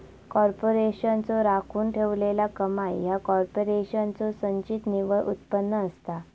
कॉर्पोरेशनचो राखून ठेवलेला कमाई ह्या कॉर्पोरेशनचो संचित निव्वळ उत्पन्न असता